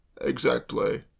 Exactly